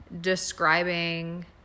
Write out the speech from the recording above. describing